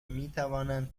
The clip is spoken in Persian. میتوانند